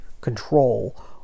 control